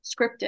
scripted